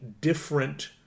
different